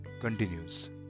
continues